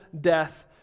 death